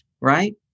Right